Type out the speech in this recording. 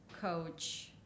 coach